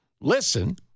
Listen